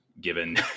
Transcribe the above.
given